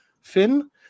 fin